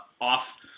off